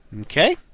Okay